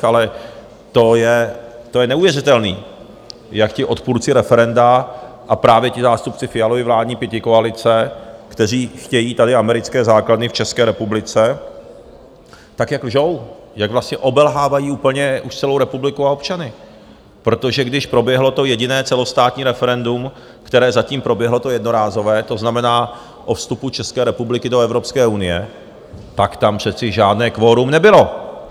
Ale to je neuvěřitelný, jak ti odpůrci referenda a právě ti zástupci Fialovy vládní pětikoalice, kteří tady chtějí americké základny v České republice, tak jak lžou, jak vlastně obelhávají úplně už celou republiku a občany, protože když proběhlo to jediné celostátní referendum, které zatím proběhlo, to jednorázové, to znamená o vstupu České republiky do Evropské unie, tak tam přece žádné kvorum nebylo.